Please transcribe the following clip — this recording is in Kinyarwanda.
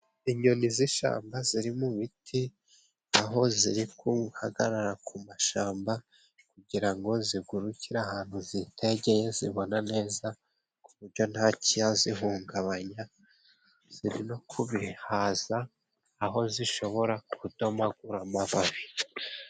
Inyoni z'ishyamba ziri mu biti, aho ziri guhagarara ku mashyamba, kugira ngo zigurukire ahantu zitegeye, zibona neza, ku buryo ntacyazihungabanya, no kubihaza aho zishobora kudomagura amababi.